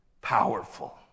powerful